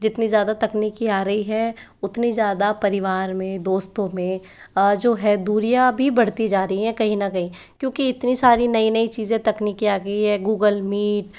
जितनी ज़्यादा तकनीकी आ रही है उतनी ज़्यादा परिवार में दोस्तों में जो है दूरिया भी बढ़ती जा रही हैं कहीं ना कहीं क्योंकि इतनी सारी नई नई चीज़ें तकनीकी आ गई है गूगल मीट